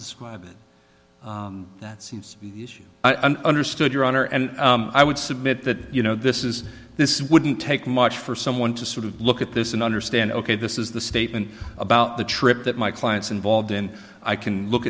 describe it that seems to be the issue i understood your honor and i would submit that you know this is this wouldn't take much for someone to sort of look at this and understand ok this is the statement about the trip that my clients involved in i can look